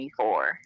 24